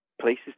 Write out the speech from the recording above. places